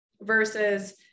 versus